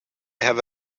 have